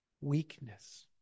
Weakness